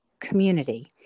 community